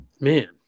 Man